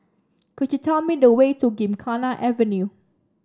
could you tell me the way to Gymkhana Avenue